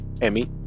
Emmy